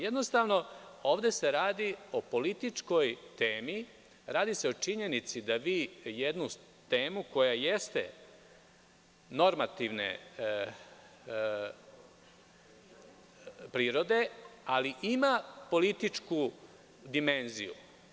Jednostavno, ovde se radi o političkoj temi, o činjenici da vi jednu temu koja jeste normativne prirode, ali ima političku dimenziju.